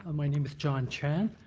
ah my name is john chen.